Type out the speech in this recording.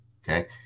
Okay